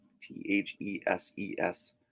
t-h-e-s-e-s